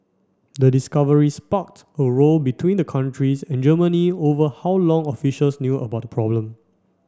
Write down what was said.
the discovery sparked a row between the countries and Germany over how long officials knew about the problem